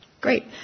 Great